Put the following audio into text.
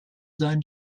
seinen